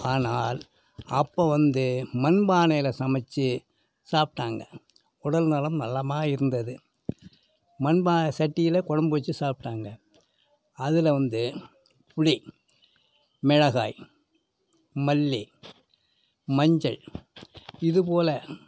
ஆனால் அப்போது வந்து மண்பானையில் சமைச்சு சாப்பிடாங்க உடல்நலம் நலமா இருந்தது மண்பானை சட்டியில குழம்பு வச்சி சாப்பிட்டாங்க அதில் வந்து புளி மிளகாய் மல்லி மஞ்சள் இதுபோல